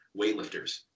weightlifters